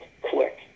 quick